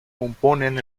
componen